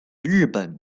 日本